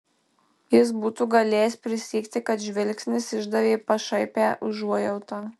jis būtų galėjęs prisiekti kad žvilgsnis išdavė pašaipią užuojautą